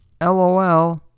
Lol